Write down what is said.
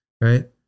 right